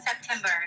September